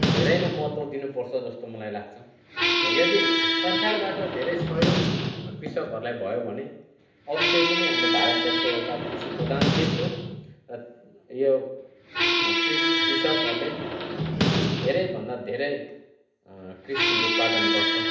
धेरै नै महत्त्व दिनुपर्छ जस्तो मलाई लाग्छ र यदि सरकारबाट धेरै सहयोग कृषकहरूलाई भयो भने अवश्यै पनि हाम्रो भारतवर्ष एउटा कृषिप्रधान देश हो र यो कृष कृषकहरूले धेरैभन्दा धेरै कृषि उत्पादन गर्छ